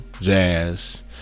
Jazz